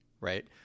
right